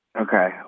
Okay